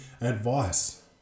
advice